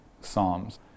psalms